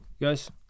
guys